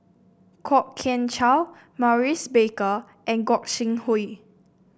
Kwok Kian Chow Maurice Baker and Gog Sing Hooi